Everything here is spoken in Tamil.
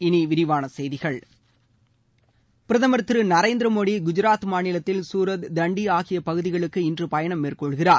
இனி விரிவான செய்திகள் பிரதமர் திரு நரேந்திரமோடி குஜராத் மாநிலத்தில் சூரத் தண்டி ஆகிய பகுதிகளுக்கு இன்று பயணம் மேற்கொள்கிறார்